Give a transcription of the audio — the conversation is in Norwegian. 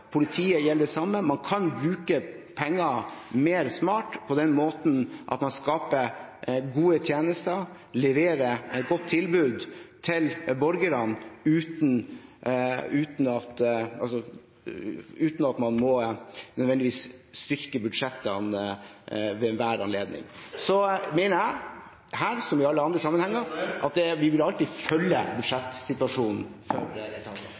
Man kan bruke pengene mer smart, på en måte som skaper gode tjenester og leverer et godt tilbud til borgerne, uten at man nødvendigvis må styrke budsjettene ved enhver anledning. Så mener jeg – her som i alle andre saker – at vi alltid vil følge budsjettsituasjonen for etatene. Jeg vil veldig gjerne rette oppmerksomheten mot det